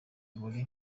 muri